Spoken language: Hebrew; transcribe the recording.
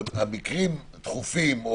במקרים דחופים,